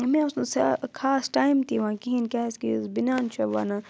مےٚ اوس نہٕ زِیادٕ خاص ٹایِم تہِ یِوان کِہیٖنۍ کیازکہِ یُس بنان چھےٚ ونان